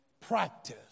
practice